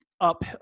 up